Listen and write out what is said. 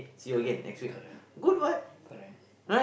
correct correct correct